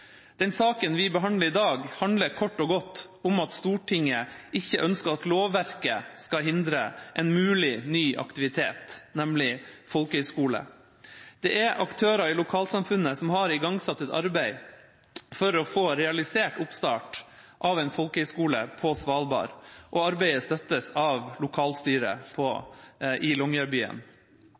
Den saken vi behandler i dag, handler kort og godt om at Stortinget ikke ønsker at lovverket skal hindre en mulig ny aktivitet, nemlig folkehøyskole. Det er aktører i lokalsamfunnet som har igangsatt et arbeid for å få realisert oppstart av en folkehøyskole på Svalbard, og arbeidet støttes av lokalstyret i